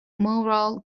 moral